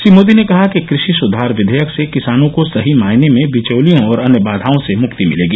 श्री मोदी ने कहा कि क्रपि सुधार विधेयक से किसानों को सही मायने में विचौलियों और अन्य बाधाओं से मुक्ति मिलेगी